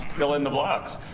fill in the blocks,